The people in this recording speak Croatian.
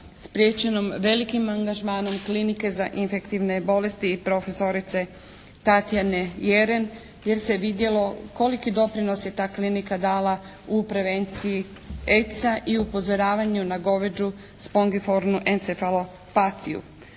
spriječeno velikim angažmanom Klinike za infektivne bolesti i profesorice Tatjane Jeren, jer se vidjelo koliki doprinos je ta klinika dala u prevenciji AIDS-a i upozoravanju na goveđu spongefornu encefalopatiju